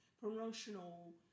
promotional